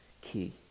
key